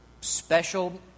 special